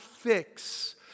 fix